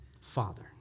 Father